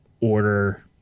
order